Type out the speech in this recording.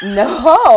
no